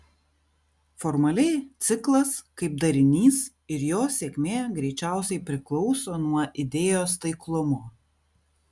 formaliai ciklas kaip darinys ir jo sėkmė greičiausiai priklauso nuo idėjos taiklumo